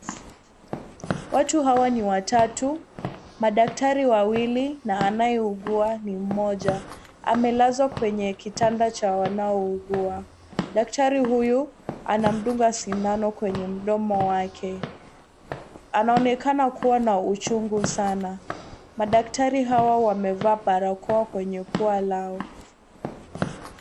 Watu hawa ni watatu, madaktari wawili na anayeugua ni mmoja. Amelazwa kwenye kitanda cha wanaougua. Daktari huyu anamdunga sindano kwenye mdomo wake. Anaonekana kuwa na uchungu Sana. Madaktari hawa wamevaa barakoa kwenye pua lao.